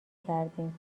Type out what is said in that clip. کردیم